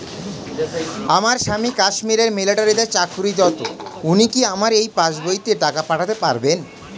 আমার স্বামী কাশ্মীরে মিলিটারিতে চাকুরিরত উনি কি আমার এই পাসবইতে টাকা পাঠাতে পারবেন?